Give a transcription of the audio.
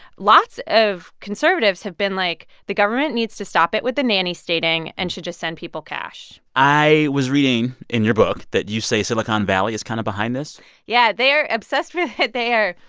lots of conservatives have been, like, the government needs to stop it with the nanny state-ing and should just send people cash i was reading in your book that you say silicon valley is kind of behind this yeah. they are obsessed with it. they are,